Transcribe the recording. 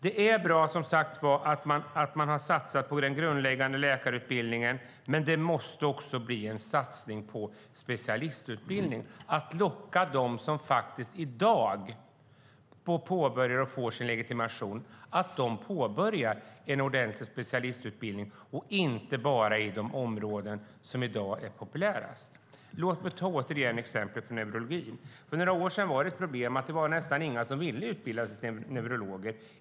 Det är bra att man har satsat på den grundläggande läkarutbildningen, men det måste också bli en satsning på specialistutbildning, på att locka dem som i dag får sin legitimation att påbörja en ordentlig specialistutbildning och då inte bara inom de områden som i dag är populärast. Låt mig ta ett exempel från neurologin. För några år sedan var det ett problem att nästan inga ville utbilda sig till neurologer.